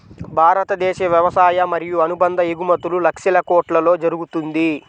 భారతదేశ వ్యవసాయ మరియు అనుబంధ ఎగుమతులు లక్షల కొట్లలో జరుగుతుంది